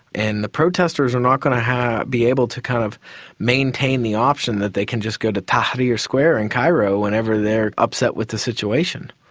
and the protesters are not going to be able to kind of maintain the option that they can just go to tahrir square in cairo whenever they're upset with the situation.